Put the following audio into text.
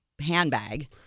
handbag